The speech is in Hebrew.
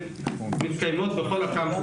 מתקיימות בכל הקמפוסים,